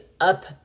up